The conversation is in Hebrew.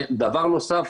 ודבר נוסף,